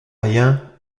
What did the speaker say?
rien